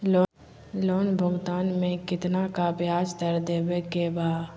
Loan भुगतान में कितना का ब्याज दर देवें के बा?